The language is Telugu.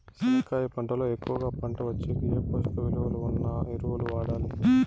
చెనక్కాయ పంట లో ఎక్కువగా పంట వచ్చేకి ఏ పోషక విలువలు ఉన్న ఎరువులు వాడాలి?